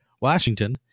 Washington